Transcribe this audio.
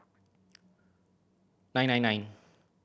nine nine nine